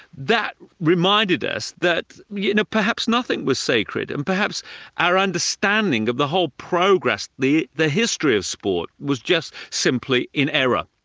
that reminded us that you know perhaps nothing was sacred, and perhaps our understanding of the whole progress, the the history of sport, was just simply in error.